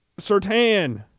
Sertan